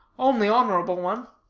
only honorable one.